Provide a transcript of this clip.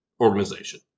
organization